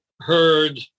heard